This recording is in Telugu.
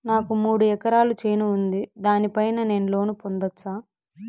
నాకు మూడు ఎకరాలు చేను ఉంది, దాని పైన నేను లోను పొందొచ్చా?